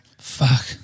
Fuck